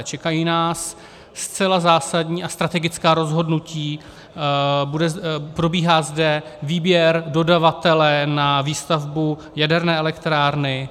Čekají nás zcela zásadní a strategická rozhodnutí, probíhá zde výběr dodavatele na výstavbu jaderné elektrárny.